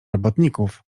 robotników